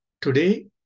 Today